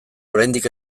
oraindik